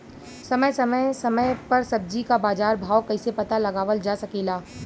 समय समय समय पर सब्जी क बाजार भाव कइसे पता लगावल जा सकेला?